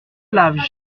lave